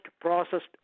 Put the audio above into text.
processed